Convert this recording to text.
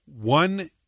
one